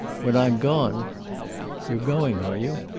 when i'm gone you're going, are you?